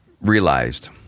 realized